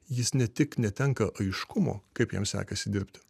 jis ne tik netenka aiškumo kaip jam sekasi dirbti